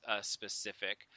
specific